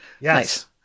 Yes